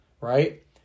right